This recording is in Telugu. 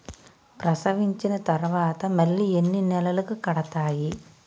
ప్రసవించిన తర్వాత మళ్ళీ ఎన్ని నెలలకు కడతాయి?